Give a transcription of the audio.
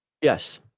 Yes